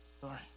sorry